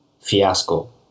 fiasco